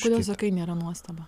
kodėl sakai nėra nuostaba